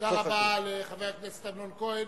תודה רבה לחבר הכנסת אמנון כהן.